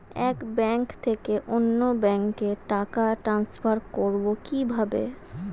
এক ব্যাংক থেকে অন্য ব্যাংকে টাকা ট্রান্সফার করবো কিভাবে?